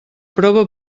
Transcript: prova